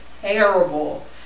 terrible